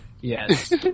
Yes